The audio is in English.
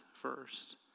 first